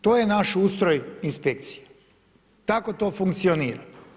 To je naš ustroj inspekcije, tako to funkcionira.